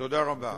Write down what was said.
תודה רבה.